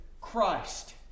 Christ